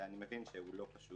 ואני מבין שהוא לא פשוט.